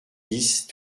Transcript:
dix